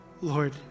Lord